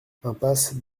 impasse